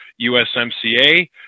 usmca